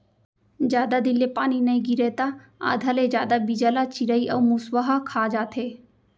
जादा दिन ले पानी नइ गिरय त आधा ले जादा बीजा ल चिरई अउ मूसवा ह खा जाथे